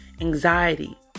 anxiety